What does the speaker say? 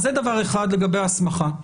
זה דבר אחד לגבי ההסמכה.